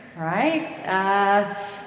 Right